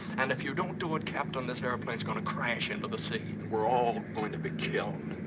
and if you don't do it, captain, this airplane's gonna crash into the sea. we're all going to be killed.